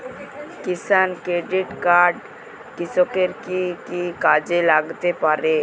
কিষান credit card কৃষকের কি কি কাজে লাগতে পারে?